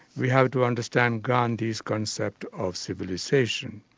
we have to understand gandhi's concept of civilisation.